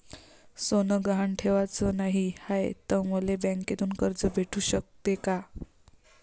सोनं गहान ठेवाच नाही हाय, त मले बँकेतून कर्ज भेटू शकते का?